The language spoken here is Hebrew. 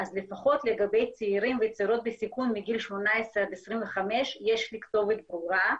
אז לפחות לגבי צעירים וצעירות בסיכון מגיל 18 עד 25 יש לי כתובת ברורה,